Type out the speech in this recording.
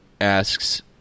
asks